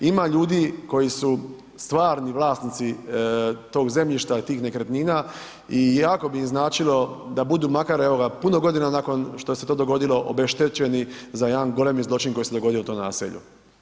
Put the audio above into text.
Ima ljudi koji su stvarni vlasnici tog zemljišta, tih nekretnina i jako bi im značilo da budu makar evo ga, puno godina nakon što se to dogodilo obeštećeni za jedan golemi zločin koji se dogodio u tom naselju.